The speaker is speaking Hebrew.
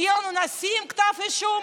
שיהיה לנו נשיא עם כתב אישום?